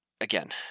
Again